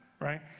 right